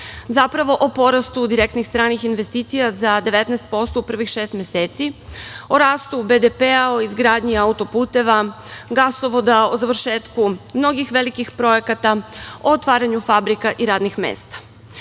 zapravo o porastu direktnih stranih investicija za 19% u prvih šest meseci, o rastu BDP, o izgradnji autoputeva, gasovoda, o završetku mnogih velikih projekata, o otvaranju fabrika i radnih